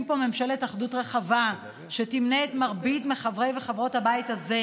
ממשלת אחדות רחבה שתמנה את מרבית חברי וחברות הבית הזה,